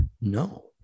No